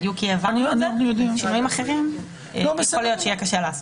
דברים אחרים, יכול להיות שיהיה קשה לעשות.